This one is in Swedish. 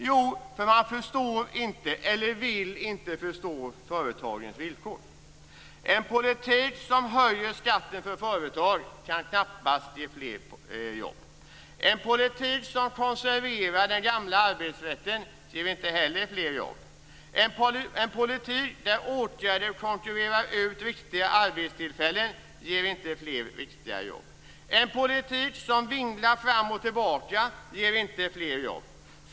Ja, den förstår eller vill inte förstå företagens villkor. En politik som höjer skatten för företag kan knappast ge några fler jobb. En politik som konserverar den gamla arbetsrätten ger inte heller fler jobb. En politik där åtgärder konkurrerar ut riktiga arbetstillfällen ger inte fler riktiga jobb. En politik som vinglar fram och tillbaka ger inte fler jobb.